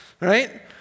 right